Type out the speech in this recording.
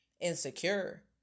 insecure